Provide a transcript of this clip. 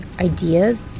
ideas